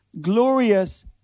glorious